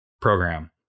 program